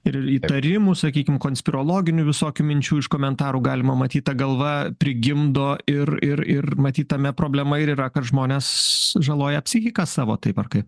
ir įtarimus sakykim konspirologinių visokių minčių iš komentarų galima matyt ta galva prigimdo ir ir ir matyt tame problema ir yra kad žmonės žaloja psichiką savo taip ar kaip